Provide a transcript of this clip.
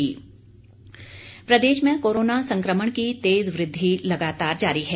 प्रदेश corona प्रदेश में corona संक्रमण की तेज वृद्धि लगातार जारी है